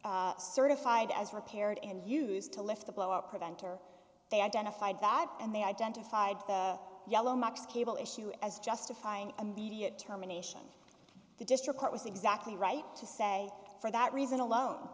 certified as repaired and used to lift the blowout preventer they identified that and they identified the yellow marks cable issue as justifying immediate term a nation the district court was exactly right to say for that reason alone